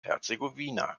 herzegowina